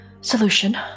solution